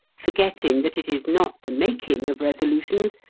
forgetting that it is not the making of resolutions,